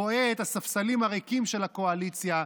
רואה את הספסלים הריקים של הקואליציה,